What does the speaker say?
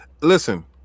Listen